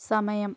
സമയം